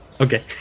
okay